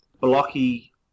blocky